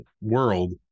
world